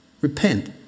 repent